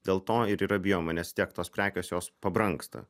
dėl to ir yra bijoma nes tiek tos prekės jos pabrangsta